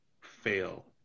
fail